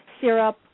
syrup